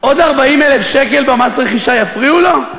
עוד 40,000 שקל במס הרכישה יפריעו לו?